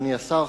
אדוני השר,